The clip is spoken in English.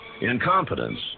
Incompetence